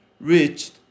reached